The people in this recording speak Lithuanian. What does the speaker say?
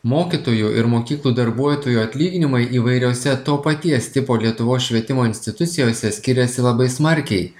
mokytojų ir mokyklų darbuotojų atlyginimai įvairiose to paties tipo lietuvos švietimo institucijose skiriasi labai smarkiai